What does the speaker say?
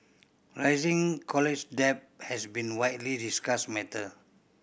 rising college debt has been widely discussed matter